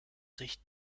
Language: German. sich